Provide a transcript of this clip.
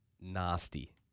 nasty